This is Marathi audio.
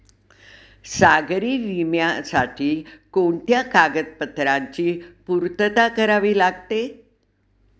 सागरी विम्यासाठी कोणत्या कागदपत्रांची पूर्तता करावी लागते?